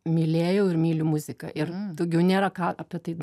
mylėjau ir myliu muziką ir daugiau nėra ką apie tai